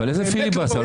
איזה פיליבסטר?